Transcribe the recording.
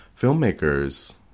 filmmakers